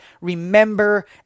remember